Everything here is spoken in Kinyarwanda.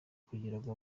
kugirango